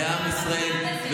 לעם ישראל.